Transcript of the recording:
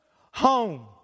Home